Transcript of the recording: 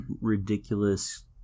ridiculous